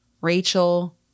Rachel